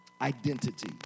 identity